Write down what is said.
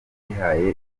yihaye